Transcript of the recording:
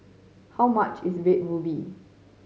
how much is Red Ruby